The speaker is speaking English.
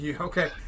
Okay